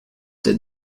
did